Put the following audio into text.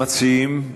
המציעים?